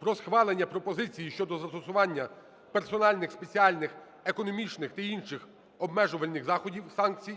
"Про схвалення пропозицій щодо застосування персональних спеціальних економічних та інших обмежувальних заходів (санкцій)"